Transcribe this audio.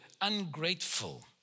ungrateful